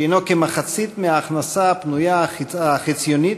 שהוא כמחצית ההכנסה הפנויה החציונית,